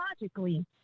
logically